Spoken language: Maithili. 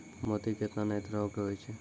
मोती केतना नै तरहो के होय छै